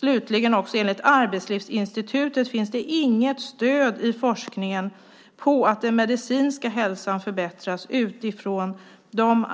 Slutligen finns det enligt Arbetslivsinstitutet inget stöd i forskningen för att den medicinska hälsan förbättrats genom de